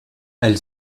elle